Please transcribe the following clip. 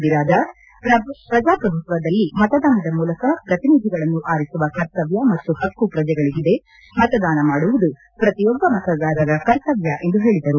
ಬಿರಾದಾರ್ ಪ್ರಜಾಪ್ರಭುತ್ವದಲ್ಲಿ ಮತದಾನದ ಮೂಲಕ ಪ್ರತಿನಿಧಿಗಳನ್ನು ಆರಿಸುವ ಕರ್ತವ್ಯ ಮತ್ತು ಹಕ್ಕು ಪ್ರಜೆಗಳಿಗಿದೆ ಮತದಾನ ಮಾಡುವುದು ಪ್ರತಿಯೊಬ್ಬ ಮತದಾರರ ಕರ್ತವ್ಯ ಎಂದು ಹೇಳಿದರು